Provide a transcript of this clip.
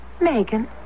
Megan